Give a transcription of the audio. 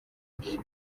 gutya